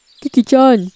Kiki-chan